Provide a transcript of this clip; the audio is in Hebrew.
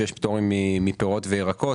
שיש פטור מפירות וירקות,